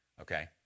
okay